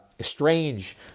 strange